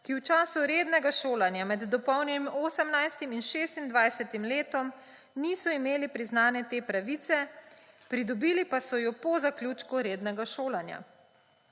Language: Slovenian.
ki v času rednega šolanja med dopolnjenim 18. in 26. letom niso imeli priznane te pravice, pridobili pa so jo po zaključku rednega šolanja.